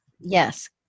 Yes